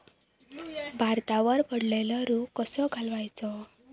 भातावर पडलेलो रोग कसो घालवायचो?